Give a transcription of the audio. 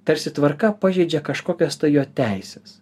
tarsi tvarka pažeidžia kažkokias tai jo teises